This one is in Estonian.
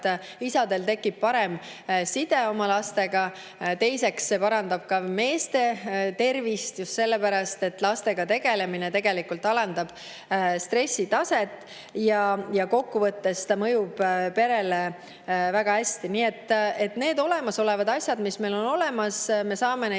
isadel tekib parem side oma lastega. Teiseks, see parandab ka meeste tervist just sellepärast, et lastega tegelemine alandab stressitaset ja kokkuvõttes mõjub perele väga hästi. Nii et neid asju, mis meil olemas on, saame me